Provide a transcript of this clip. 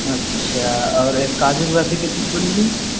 अच्छा और ये काजू के बर्फी कितने की पड़ेगी